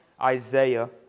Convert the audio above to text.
Isaiah